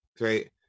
right